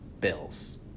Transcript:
Bills